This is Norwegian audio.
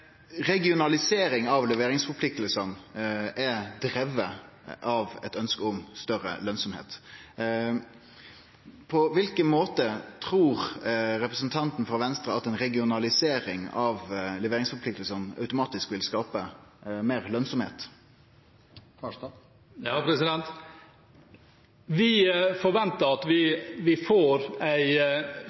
Regionalisering av leveringsforpliktingane er driven av eit ønske om større lønnsemd. På kva for måte trur representanten frå Venstre at ei regionalisering av leveringsforpliktingane automatisk vil skape større lønnsemd? Vi forventer at vi får en totalgjennomgang av disse spørsmålene som vil vise at vi